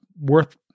worth